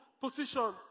positions